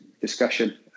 discussion